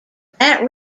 that